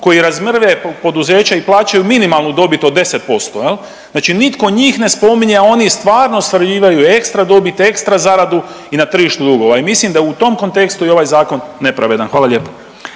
koji razmrve poduzeća i plaćaju minimalnu dobit od 10%. Znači nitko njih ne spominje, a oni stvarno svaljivaju ekstra dobit, ekstra zaradu i na tržištu dugova. I mislim da i u tom kontekst je ovaj zakon nepravedan. Hvala lijepo.